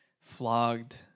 flogged